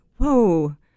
whoa